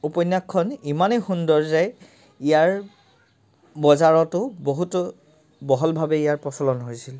উপন্যাসখন ইমানেই সুন্দৰ যে ইয়াৰ বজাৰতো বহুতো বহলভাৱে ইয়াৰ প্ৰচলন হৈছিল